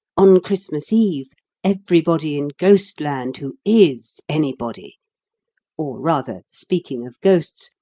on christmas eve everybody in ghostland who is anybody or rather, speaking of ghosts,